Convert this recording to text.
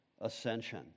ascension